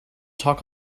talk